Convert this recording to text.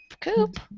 Coop